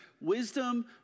Wisdom